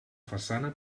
façana